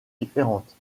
différentes